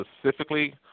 specifically